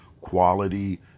quality